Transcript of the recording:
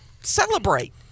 celebrate